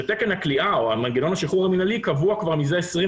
שתקן הכליאה או מנגנון השחרור המנהלי קבוע כבר מזה 27